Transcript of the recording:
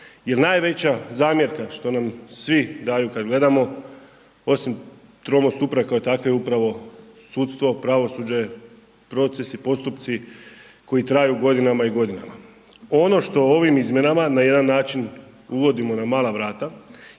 najveća zamjerka što nam svo daju kad gledamo, osim tromosti uprave kao takve je upravo sudstvo, pravosuđem procesi, postupci koji traju godinama i godinama. Ono što ovim izmjenama na jedan način uvodimo na mala vrata